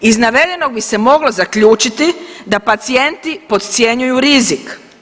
Iz navedenog bi se moglo zaključiti da pacijenti podcjenjuju rizik.